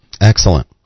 Excellent